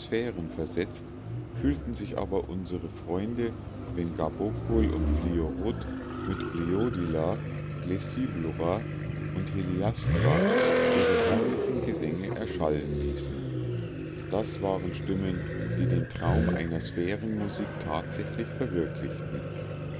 versetzt fühlten sich aber unsre freunde wenn gabokol und fliorot mit bleodila glessiblora und heliastra ihre herrlichen gesänge erschallen ließen das waren stimmen die den traum einer sphärenmusik tatsächlich verwirklichten